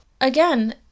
Again